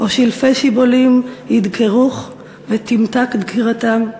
/ או שלפי שיבולים ידקרוך ותִמתק דקירתם.